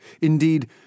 Indeed